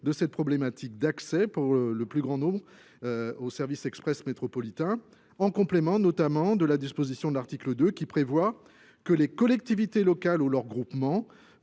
de cette problématique d'accès pour le plus grand nombre au service express métropolitain en complémentent notamment de la disposition de l'article deux qui prévoit que les collectivités locales ou leurs groupements